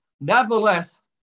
Nevertheless